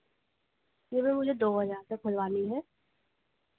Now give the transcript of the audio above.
जी ma'am मुझे दो हजार तक खुलवानी है